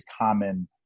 common